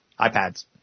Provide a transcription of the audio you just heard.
iPads